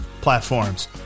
platforms